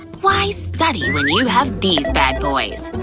why study when you have these bad boys?